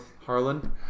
Harlan